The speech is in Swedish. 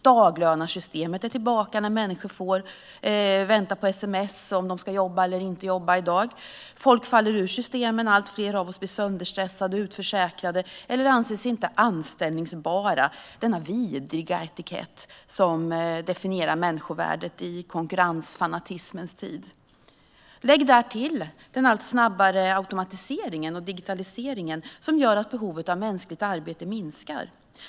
Daglönarsystemet är tillbaka; människor får vänta på sms om de ska jobba eller inte i dag. Folk faller ur systemen, och allt fler av oss blir sönderstressade, utförsäkrade eller anses inte anställbara - denna vidriga etikett som definierar människovärdet i konkurrensfanatismens tid. Lägg därtill den allt snabbare automatiseringen och digitaliseringen som gör att behovet av mänskligt arbete minskar.